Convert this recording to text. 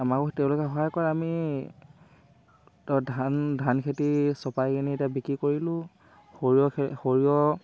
আমাকো তেওঁলোকে সহায় কৰে আমি ত' ধান ধান খেতি চপাই কিনি এতিয়া বিক্ৰী কৰিলোঁ সৰিয়হে সৰিয়হ